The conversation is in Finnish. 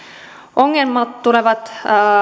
ongelmat tulevat